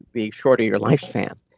the shorter your lifespan.